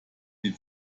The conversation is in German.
die